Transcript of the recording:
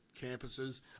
campuses